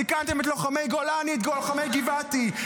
סיכנתם את לוחמי גולני, את לוחמי גבעתי.